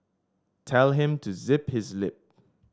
tell him to zip his lip